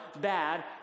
bad